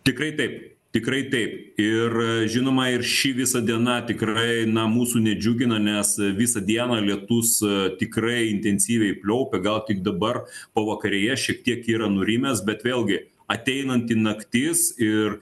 tikrai taip tikrai taip ir žinoma ir ši visa diena tikrai na mūsų nedžiugina nes visą dieną lietus tikrai intensyviai pliaupia gal tik dabar pavakarėje šiek tiek yra nurimęs bet vėlgi ateinanti naktis ir